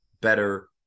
better